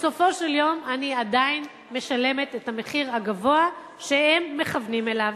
בסופו של דבר אני עדיין משלמת את המחיר הגבוה שהן מכוונות אליו.